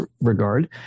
regard